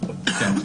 כן.